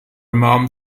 mom